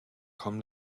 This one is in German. kaum